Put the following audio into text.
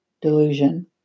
delusion